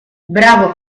bravo